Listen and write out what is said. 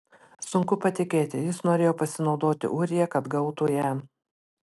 sunku patikėti jis norėjo pasinaudoti ūrija kad gautų ją